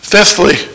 Fifthly